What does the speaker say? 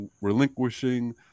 relinquishing